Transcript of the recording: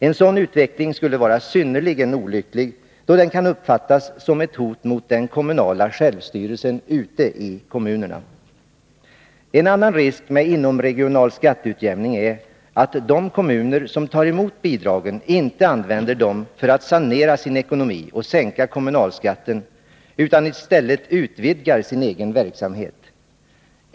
En sådan utveckling skulle vara synnerligen olycklig, då den kan uppfattas som ett hot mot den kommunala självstyrelsen ute i kommunerna. z d ; FSE Skatteutjämning En annan risk med inomregional skatteutjämning är att de kommuner som =; Stockholms läns tar emot bidragen inte använder dem för att sanera sin ekonomi och sänka landsting kommunalskatten utan i stället utvidgar sin egen verksamhet.